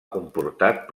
comportat